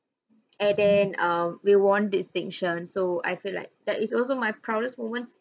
and then err we won distinction so I feel like that is also my proudest moments